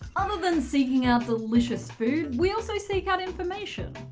other than seeking out delicious food, we also seek out information.